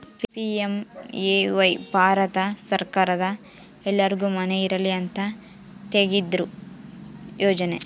PMAY Bharat ಸರ್ಕಾರದ ಎಲ್ಲರ್ಗು ಮನೆ ಇರಲಿ ಅಂತ ತೆಗ್ದಿರೊ ಯೋಜನೆ